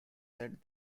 said